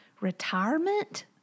Retirement